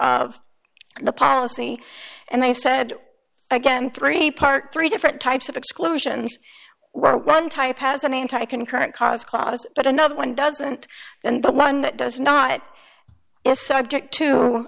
of the policy and they said again three part three different types of exclusions where one type has an anti concurrent cause clause but another one doesn't and the one that does not is subject to